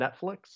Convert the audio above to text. Netflix